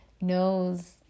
knows